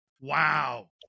wow